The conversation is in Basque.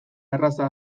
arraza